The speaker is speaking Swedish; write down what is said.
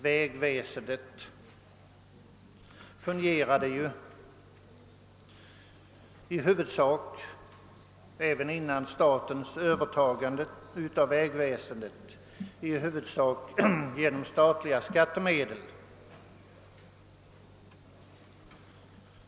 Vägväsendet fungerade ju även före statens övertagande i huvudsak genom statliga skattemedel.